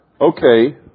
Okay